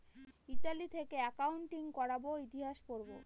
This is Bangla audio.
ইতালি থেকে একাউন্টিং করাবো ইতিহাস পাবো